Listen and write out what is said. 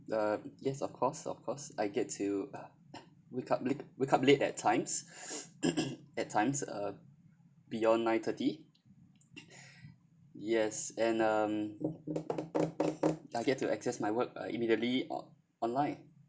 uh yes of course of course I get to wake up late wake up late at times at times uh beyond nine thirty yes and um I get to access my work uh immediately on~ online